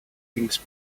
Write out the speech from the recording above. things